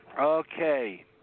Okay